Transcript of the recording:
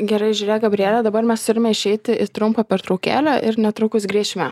gerai žiūrėk gabriele dabar mes turime išeiti į trumpą pertraukėlę ir netrukus grįšime